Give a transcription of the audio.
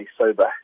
sober